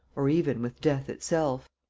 or even with death itself.